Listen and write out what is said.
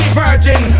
virgin